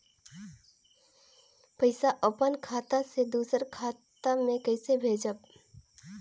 पइसा अपन खाता से दूसर कर खाता म कइसे भेजब?